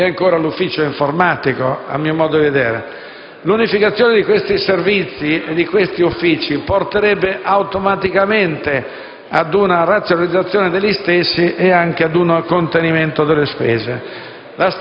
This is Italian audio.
e il Servizio informatica. L'unificazione di questi Servizi e di questi Uffici porterebbe automaticamente ad una razionalizzazione degli stessi e ad un contenimento delle spese.